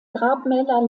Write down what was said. grabmäler